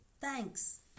Thanks